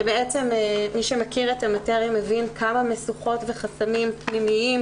בעצם מי שמכיר את המטריה מבין כמה משוכות וחסמים פנימיים,